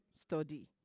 study